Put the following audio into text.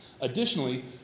Additionally